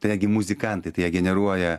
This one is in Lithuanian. tai netgi muzikantai tai jie generuoja